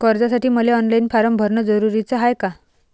कर्जासाठी मले online form भरन जरुरीच हाय का?